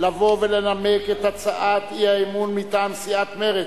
לבוא ולנמק את הצעת האי-אמון מטעם סיעת מרצ,